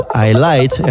highlight